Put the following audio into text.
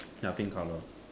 ya pink color